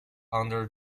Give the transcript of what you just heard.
under